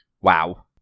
Wow